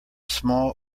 small